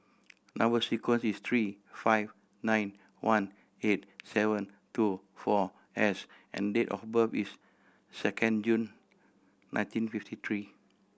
number sequence is three five nine one eight seven two four S and date of birth is second June nineteen fifty three